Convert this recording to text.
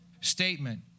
statement